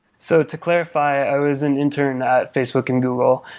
so to clarify, i was and intern at facebook and google.